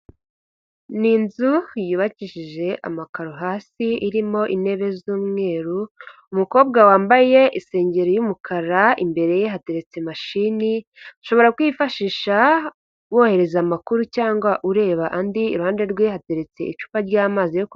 Ni inzu yubakishije amakaro hasi, irimo intebe z'umweru, umukobwa wambaye isengeri y'umukara, imbere ye hateretse mashini, ushobora kuyifashisha wohereza amakuru cyangwa ureba andi, iruhande rwe hateretse icupa ry'amazi yo kunywa.